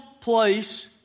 place